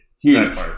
Huge